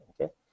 okay